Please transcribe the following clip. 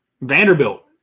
Vanderbilt